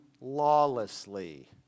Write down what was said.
lawlessly